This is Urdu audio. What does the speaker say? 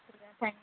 شکریہ تھینک یو